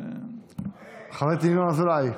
חבר הכנסת ינון אזולאי.